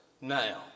now